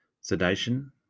sedation